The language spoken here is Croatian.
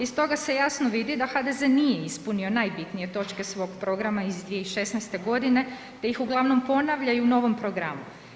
Iz toga se jasno vidi da HDZ nije ispunio najbitnije točke svog programa iz 2016. g. te ih uglavnom ponavljaju u novom programu.